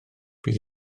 bydd